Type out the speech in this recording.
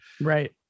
Right